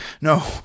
No